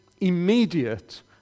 immediate